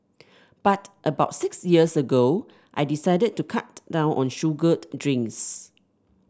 but about six years ago I decided to cut down on sugared drinks